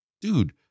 Dude